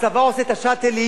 הצבא עושה את ה"שאטלים"